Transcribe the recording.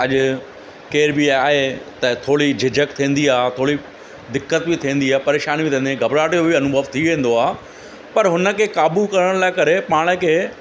अॼु केरु बि आहे त थोरी झिझक थींदी आहे थोरी दिक़त बि थींदी आहे परेशानी बि थींदी आहे घॿराहट जो बि अनुभव थी वेंदो आहे पर हुन खे क़ाबू करण लाइ करे पाण खे